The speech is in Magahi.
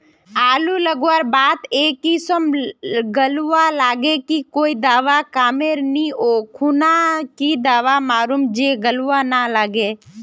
आलू लगवार बात ए किसम गलवा लागे की कोई दावा कमेर नि ओ खुना की दावा मारूम जे गलवा ना लागे?